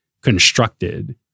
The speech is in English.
constructed